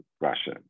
Russia